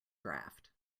draft